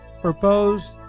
Proposed